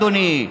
אדוני,